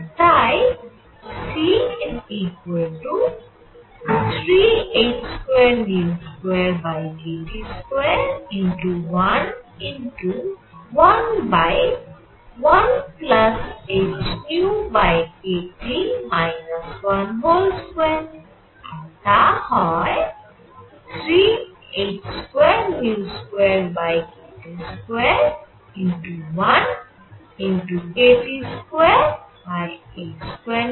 আর তাই C3h22kT2×1×11hνkT 12 আর তা হয় 3h22kT2×1×k2T2h22